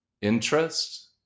interest